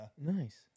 Nice